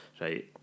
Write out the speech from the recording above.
right